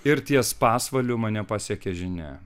ir ties pasvaliu mane pasiekė žinia